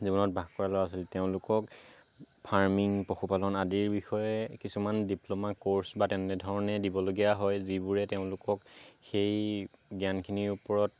জীৱনত বাস কৰা ল'ৰা ছোৱালী তেওঁলোকক ফাৰ্মিং পশুপালন আদিৰ বিষয়ে কিছুমান ডিপ্লমা কৰ্চ বা তেনেধৰণে দিবলগীয়া হয় যিবোৰে তেওঁলোকক সেই জ্ঞানখিনিৰ ওপৰত